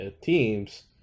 teams